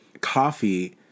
Coffee